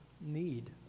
need